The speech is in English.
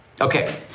Okay